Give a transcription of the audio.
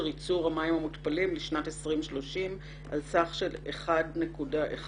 ייצור המים המותפלים לשנת 2030 על סך של 1.1